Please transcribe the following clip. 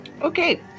okay